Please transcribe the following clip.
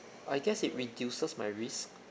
I guess it reduces my risk